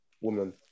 Woman